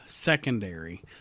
secondary